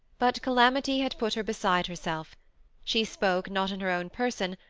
but calamity had put her beside herself she spoke, not in her own person,